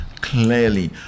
clearly